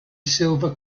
silver